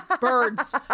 birds